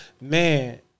Man